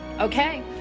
okay,